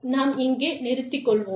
நாம் இங்கே நிறுத்திக் கொள்வோம்